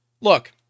Look